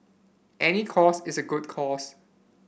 any cause is a good cause